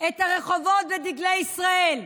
את הרחובות בדגלי ישראל.